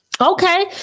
Okay